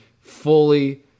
fully